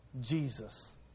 Jesus